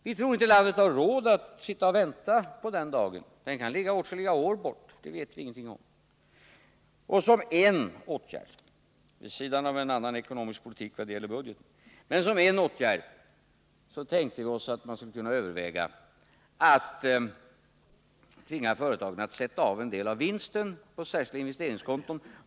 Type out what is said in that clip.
Vi tror att landet inte har råd att vänta till den dagen. Den kan ligga åtskilliga år bort. Det vet vi ingenting om. Såsom en åtgärd vid sidan av en annan ekonomisk politik när det gäller budgeten tänkte vi oss att man skulle kunna överväga att tvinga företagen att sätta av en del av vinsten på särskilda investeringskonton.